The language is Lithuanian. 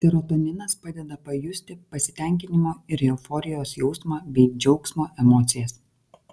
serotoninas padeda pajusti pasitenkinimo ir euforijos jausmą bei džiaugsmo emocijas